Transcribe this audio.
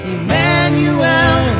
Emmanuel